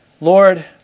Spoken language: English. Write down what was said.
Lord